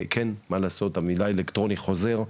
מה לעשות המידע האלקטרוני חוזר,